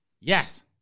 Yes